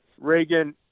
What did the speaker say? Reagan